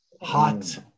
Hot